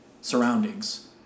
surroundings